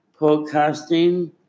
podcasting